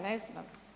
Ne znam.